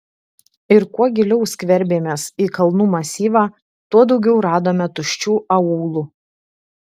ir kuo giliau skverbėmės į kalnų masyvą tuo daugiau radome tuščių aūlų